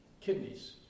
kidneys